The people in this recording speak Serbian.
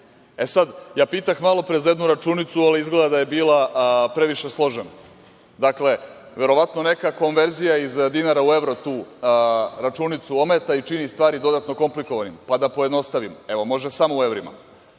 tako? Sad, ja pitah malopre za jednu računicu, ali izgleda da je bila previše složena. Dakle, verovatno neka konverzija iz dinara u evro tu računicu ometa i čini stvari dodatno komplikovanim, pa da pojednostavim, evo, može samo u evrima.